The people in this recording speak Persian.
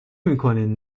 میکنین